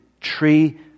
tree